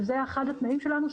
וזה אחד התנאים שלנו,